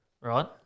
Right